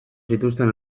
zituzten